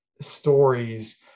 stories